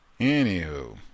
anywho